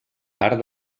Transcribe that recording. part